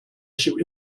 issue